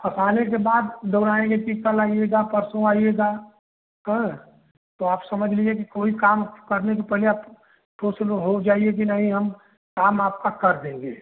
फंसाने के बाद दौड़ाएँगे कि कल आइएगा परसो आइएगा हाँ तो आप समझ लीजिए कि कोई काम करने के पहले आप हो जाइए कि नहीं हम काम आपका कर देंगे